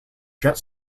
jet